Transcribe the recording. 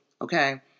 okay